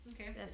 Okay